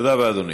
תודה רבה,